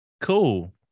cool